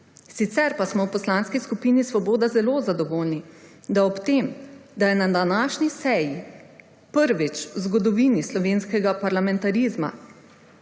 Sicer pa smo v poslanski skupini Svoboda zelo zadovoljni, da je ob tem, da je na današnji seji prvič v zgodovini slovenskega parlamentarizma